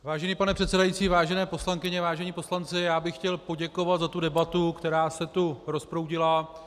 Vážený pane předsedající, vážené poslankyně, vážení poslanci, já bych chtěl poděkovat za debatu, která se tu rozproudila.